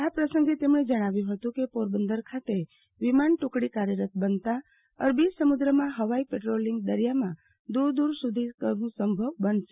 આ પ્રસંગે તેમણે જણાવ્યુ હતુ કે પોરબંદર ખાતે વિમાન ટુકડી કાર્યરત બનતા અરબી સમુદ્રમાં હવાઈ પેટ્રોલિંગ દરિયામાં ફૂ દુર સુધી કરવુ સંભવ બનશે